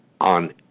on